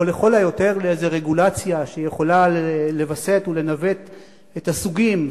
או לכל היותר לאיזו רגולציה שיכולה לווסת ולנווט את הסוגים,